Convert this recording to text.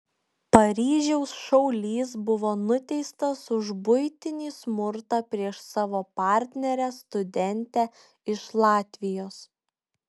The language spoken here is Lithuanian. paryžiaus šaulys buvo nuteistas už buitinį smurtą prieš savo partnerę studentę iš latvijos